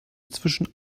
zwischen